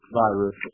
virus